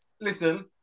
listen